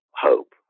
hope